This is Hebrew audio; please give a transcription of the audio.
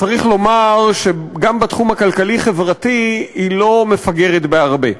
צריך לומר שגם בתחום הכלכלי-חברתי היא לא מפגרת בהרבה.